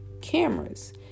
cameras